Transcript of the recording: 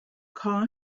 kaw